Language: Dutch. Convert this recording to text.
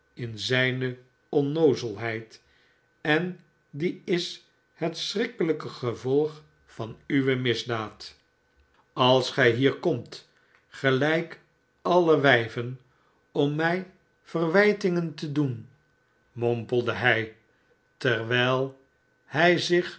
in zijn onnoozelheid en die is het schrikkelijke gevolg van uwe misdaad als gij hier komt gelijk alle wijven om mij verwijtingen tesb barnaby rudge doen mompelde hij terwijl hij zich